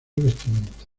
vestimenta